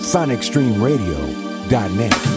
SonicStreamRadio.net